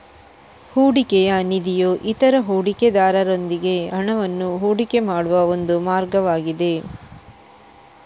ಹೂಡಿಕೆಯ ನಿಧಿಯು ಇತರ ಹೂಡಿಕೆದಾರರೊಂದಿಗೆ ಹಣವನ್ನು ಹೂಡಿಕೆ ಮಾಡುವ ಒಂದು ಮಾರ್ಗವಾಗಿದೆ